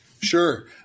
Sure